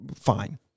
fine